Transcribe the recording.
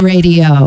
Radio